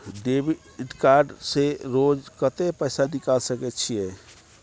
Debit card से रोज कत्ते पैसा निकाल सके छिये?